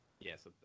Yes